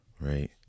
right